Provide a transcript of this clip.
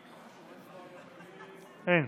אין.